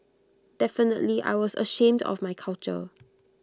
definitely I was ashamed of my culture